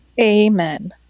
Amen